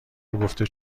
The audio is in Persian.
گفته